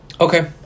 Okay